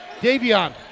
Davion